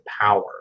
power